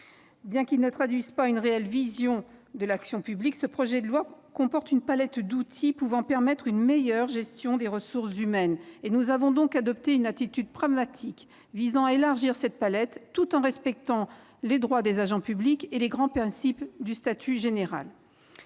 Bien qu'il ne traduise pas une réelle vision de l'action publique, ce projet de loi comporte une palette d'outils permettant une meilleure gestion des ressources humaines. Nous avons donc adopté une attitude pragmatique tendant à élargir cette palette tout en respectant les droits des agents publics et les grands principes du statut général.